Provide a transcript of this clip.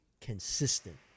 consistent